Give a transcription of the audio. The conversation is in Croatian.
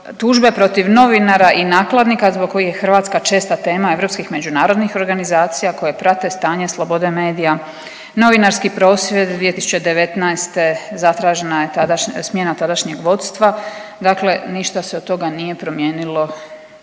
Tužbe protiv novinara i nakladnika zbog kojih je Hrvatska česta tema europskih međunarodnih organizacija koje prate stanje slobode medija, novinarski prosvjed 2019. zatražena je smjena tadašnjeg vodstva. Dakle, ništa se od toga nije promijenilo